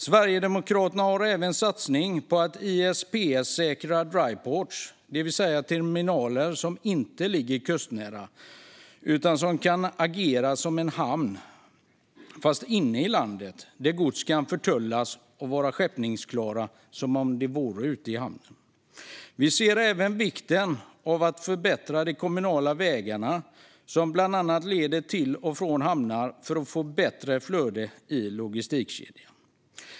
Sverigedemokraterna har även en satsning på att ISPS-säkra dryports, det vill säga terminaler som inte ligger kustnära utan som kan agera som hamnar inne i landet. Där kan gods förtullas och vara skeppningsklart som om det vore ute i hamnen. Vi ser även vikten av att förbättra de kommunala vägarna, som bland annat leder till och från hamnar, för att få bättre flöde i logistikkedjan.